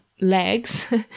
legs